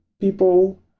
people